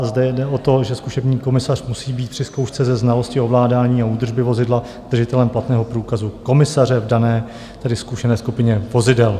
Zde jde o to, že zkušební komisař musí být při zkoušce ze znalosti ovládání a údržby vozidla držitelem platného průkazu komisaře v dané, tedy zkoušené, skupině vozidel.